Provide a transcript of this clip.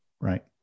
right